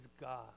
God